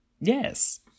Yes